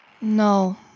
No